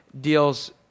deals